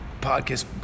podcast